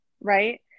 right